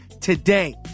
today